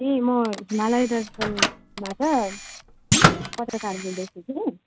ए म हिमालय दर्पणबाट पत्रकार बोल्दैछु कि